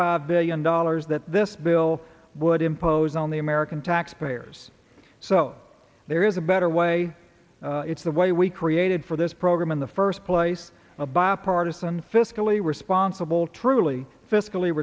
five billion dollars that this bill would impose on the american taxpayers so there is a better way it's the way we created for this program in the first place a bipartisan fiscally responsible truly fiscally